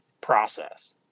process